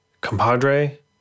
compadre